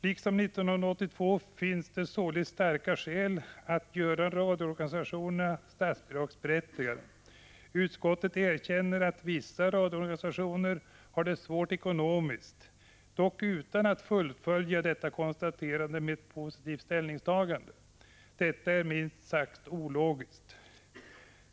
Liksom 1982 finns det således nu starka skäl att göra radioorganisationerna statsbidragsberättigade. Utskottet erkänner att vissa radioorganisationer har det svårt ekonomiskt, dock utan att fullfölja konstaterandet med ett positivt ställningstagande. Detta är minst sagt ologiskt.